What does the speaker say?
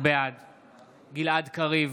בעד גלעד קריב,